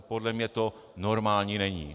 Podle mě to normální není.